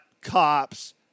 cops